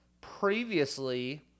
previously